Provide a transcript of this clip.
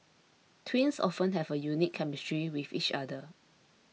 twins often have a unique chemistry with each other